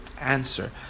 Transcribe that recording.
answer